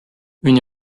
une